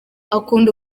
akunda